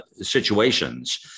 situations